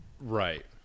Right